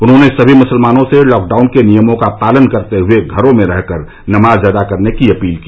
उन्होंने सभी मुसलमानों से लॉकडाउन के नियमों का पालन करते हुए घरों में रह कर नमाज अदा करने की अपील की